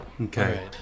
Okay